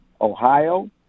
Ohio